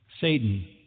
Satan